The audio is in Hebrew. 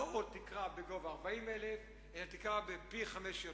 לא עוד תקרה בגובה 40,000, אלא תקרה, פי חמישה.